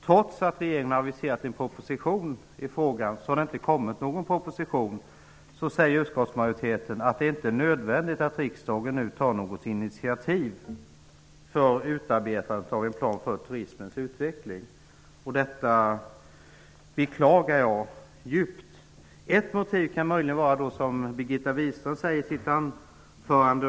Trots att regeringen har aviserat en proposition i frågan har det inte kommit någon proposition. Trots detta säger utskottsmajoriteten att det inte är nödvändigt att riksdagen nu tar något initiativ för utarbetandet av en plan för turismens utveckling. Detta beklagar jag djupt. Ett motiv kan möjligen vara det Birgitta Wistrand tar upp i sitt anförande.